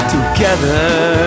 Together